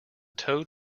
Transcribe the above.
toad